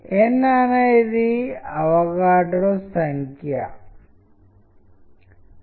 ఈ నిర్దిష్ట చిత్రం సరిగ్గా ఏమి తెలియజేస్తుంది